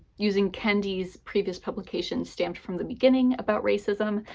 using kendi's previous publication, stamped from the beginning about racism.